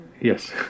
Yes